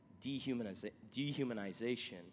dehumanization